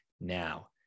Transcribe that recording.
now